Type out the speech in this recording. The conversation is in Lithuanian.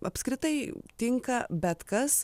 apskritai tinka bet kas